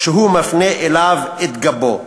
שהוא מפנה אליו את גבו,